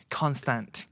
constant